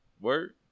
Word